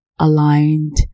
aligned